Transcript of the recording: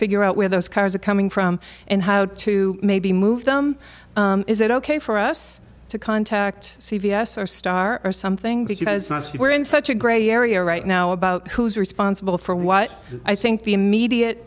figure out where those cars are coming from and how to maybe move them is it ok for us to contact c v s or star or something because once you are in such a gray area right now about who's responsible for what i think the immediate